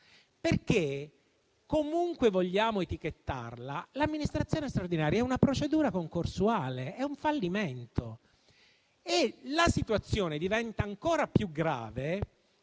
perché, comunque vogliamo etichettarla, l'amministrazione straordinaria è una procedura concorsuale, è un fallimento. La situazione diventa ancora più grave